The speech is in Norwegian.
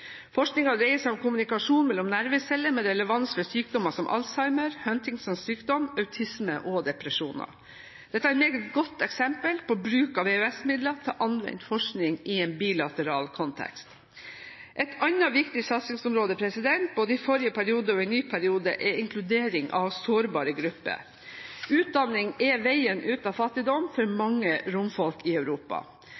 Forskningen dreier seg om kommunikasjon mellom nerveceller med relevans for sykdommer som Alzheimer, Huntingtons sykdom, autisme og depresjoner. Dette er et meget godt eksempel på bruk av EØS-midler til anvendt forskning i en bilateral kontekst. Et annet viktig satsingsområde, både i forrige periode og i ny periode, er inkludering av sårbare grupper. Utdanning er veien ut av fattigdom for